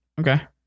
Okay